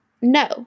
No